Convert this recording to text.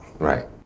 Right